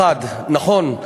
1. נכון,